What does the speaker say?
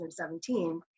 2017